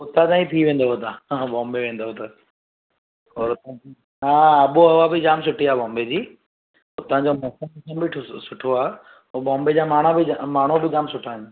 उतां खां ई थी वेंदव तव्हां बॉम्बे वेंदव त हा आबोहवा बि जामु सुठी आहे बॉम्बे जी उतांजो मौसम बि जामु सुठो आहे ऐं बॉम्बे जा माण्हू बि जामु माण्हू बि जामु सुठा आहिनि